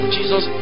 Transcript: Jesus